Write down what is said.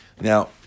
Now